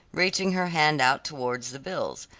reaching her hand out towards the bills.